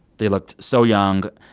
they looked so young.